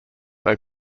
they